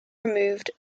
removed